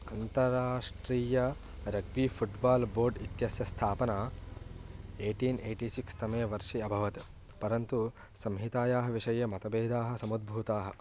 अन्तर्राष्ट्रीय rugby football board इत्यस्य स्थापना एय्टीन् ऐय्टि सिक्स् तमे वर्षे अभवत् परन्तु संहितायाः विषये मतभेदाः समुद्भूताः